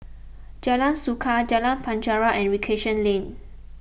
Jalan Suka Jalan Penjara and Recreation Lane